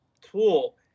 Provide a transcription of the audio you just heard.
tool